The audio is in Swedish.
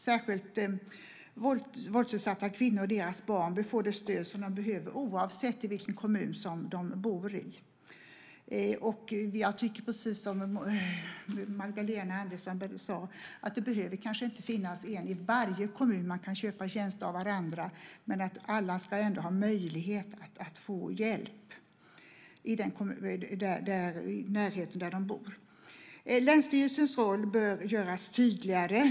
Särskilt våldsutsatta kvinnor och deras barn bör få det stöd som de behöver oavsett vilken kommun de bor i. Jag tycker, precis som Magdalena Andersson sade, att det kanske inte behöver finnas en kvinnojour i varje kommun. Man kan köpa tjänster av varandra. Men alla ska ändå ha möjlighet att få hjälp i närheten av den kommun där de bor. Länsstyrelsernas roll behöver göras tydligare.